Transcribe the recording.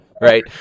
Right